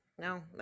no